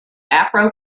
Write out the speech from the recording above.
afro